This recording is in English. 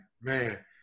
man